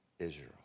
Israel